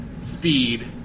Speed